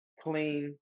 clean